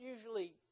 usually